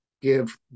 give